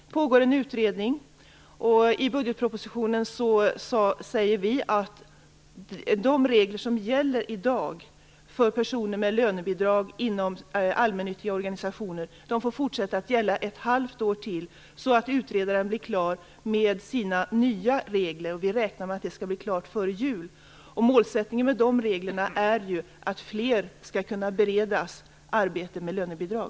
Det pågår en utredning om detta. I budgetpropositionen säger vi att de regler som gäller i dag för personer med lönebidrag inom allmännyttiga organisationer skall gälla ett halvt år till så att utredaren blir klar med sina nya regler. Vi räknar med att det skall bli klart före jul. Målsättningen med de reglerna är att fler skall kunna beredas arbete med lönebidrag.